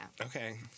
Okay